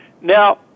Now